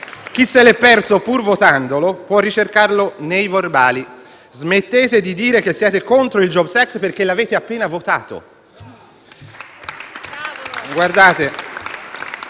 Chi se l'è perso pur votandolo può ricercarlo nei verbali. Smettete di dire che siete contro il *jobs act*, perché l'avete appena votato.